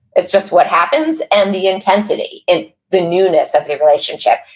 it's just what happens. and the intensity, and the newness of the relationship.